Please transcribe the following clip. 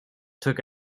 took